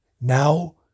Now